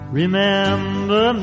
remember